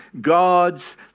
God's